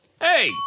Hey